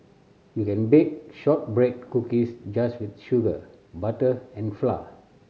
you can bake shortbread cookies just with sugar butter and flour